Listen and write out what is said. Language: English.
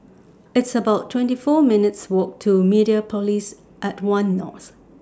It's about twenty four minutes' Walk to Mediapolis At one North